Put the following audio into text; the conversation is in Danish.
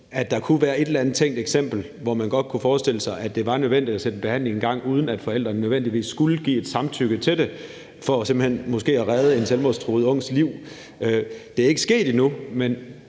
at der kunne være et eller andet tænkt eksempel, hvor man godt kunne forestille sig, at det var nødvendigt at sætte en behandling i gang, uden at forældrene nødvendigvis skulle give et samtykke til det, for simpelt hen måske at redde en selvmordstruet ungs liv. Det er ikke sket endnu,